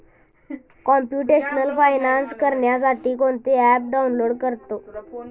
computational finance करण्यासाठी कोणते app download करतो